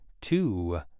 two